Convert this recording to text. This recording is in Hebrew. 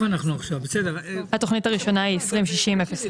(היו"ר משה גפני) התכנית הראשונה היא 206001,